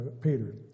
Peter